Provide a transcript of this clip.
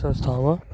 ਸੰਸਥਾਵਾਂ